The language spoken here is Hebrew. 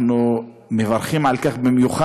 אנחנו מברכים על כך במיוחד,